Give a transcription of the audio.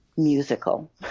musical